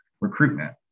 recruitment